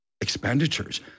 Expenditures